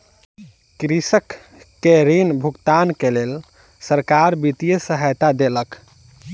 कृषक के ऋण भुगतानक लेल सरकार वित्तीय सहायता देलक